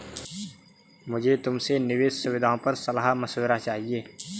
मुझे तुमसे निवेश सुविधाओं पर सलाह मशविरा चाहिए